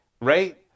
Right